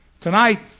Tonight